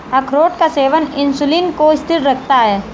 अखरोट का सेवन इंसुलिन को स्थिर रखता है